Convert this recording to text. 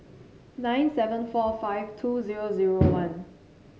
nine seven four five two zero zero one